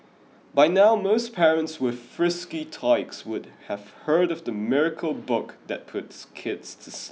by now most parents with frisky tykes would have heard of the miracle book that puts kids to